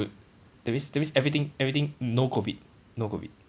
that means that means everything everything no COVID no COVID